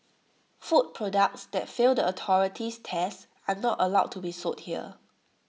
food products that fail the authority's tests are not allowed to be sold here